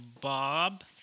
Bob